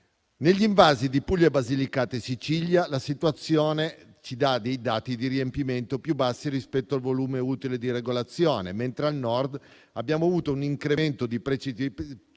Negli invasi di Puglia, Basilicata e Sicilia, la situazione mostra valori di riempimento più bassi rispetto al volume utile di regolazione, mentre al Nord abbiamo avuto un aumento di precipitazioni,